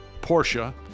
Porsche